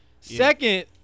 Second